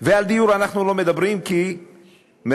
ועל דיור אנחנו לא מדברים, כי, מירב,